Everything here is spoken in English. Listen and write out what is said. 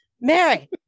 mary